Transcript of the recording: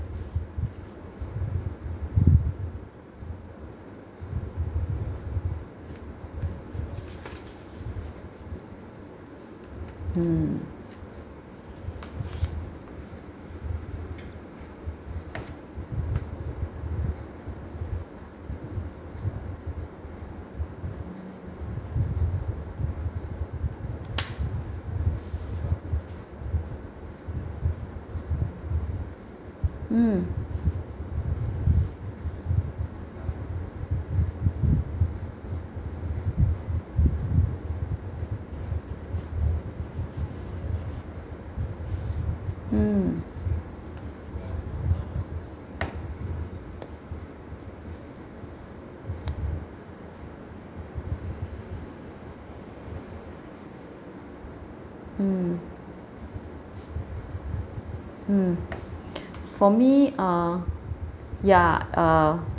hmm mm mm mm mm for me uh ya uh